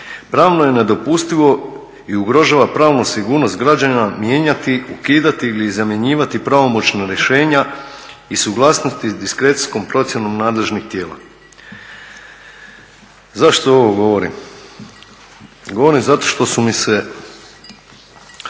pravno je nedopustivo i ugrožava pravnu sigurnost građana mijenjati, ukidati ili zamjenjivati pravomoćna rješenja i suglasnosti s diskrecijskom procjenom nadležnih tijela. Zašto ovo govorim? Govorim zato što su mi se,